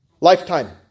Lifetime